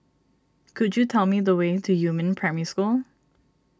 could you tell me the way to Yumin Primary School